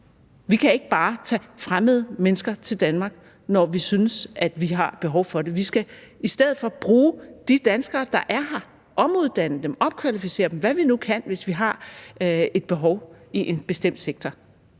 Vi kan ikke bare tage fremmede mennesker til Danmark, når vi synes, at vi har behov for det. Vi skal i stedet bruge de danskere, der er her, og omuddanne dem, opkvalificere dem, og hvad vi nu kan, hvis vi har et behov i en bestemt sektor.